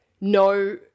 no